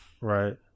Right